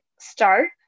start